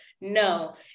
No